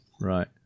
Right